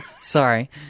Sorry